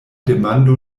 demando